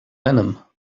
venom